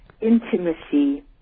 intimacy